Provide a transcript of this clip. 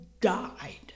died